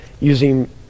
using